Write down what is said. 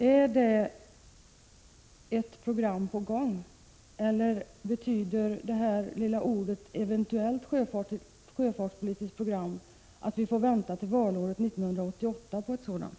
Är ett program på gång eller betyder det lilla ordet ”eventuellt” att vi får vänta till valåret 1988 på ett sådant?